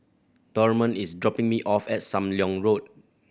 Dorman is dropping me off at Sam Leong Road